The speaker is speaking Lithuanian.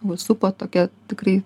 mus supo tokia tikrai